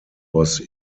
was